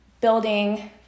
building